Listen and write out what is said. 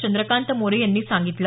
चंद्रकांत मोरे यांनी सांगितलं